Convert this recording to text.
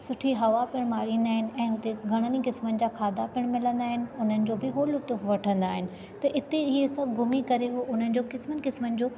सुठी हवा पिणि मारींदा आहिनि ऐं हुते घणनि ई क़िस्मनि जा खाधा पिणि मिलंदा आहिनि हुननि जो बि हू लुतुफ़ वठंदा आहिनि त हिते इहे सभु घुमी करे उहो हुननि जो क़िस्मनि क़िस्मनि जो